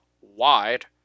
wide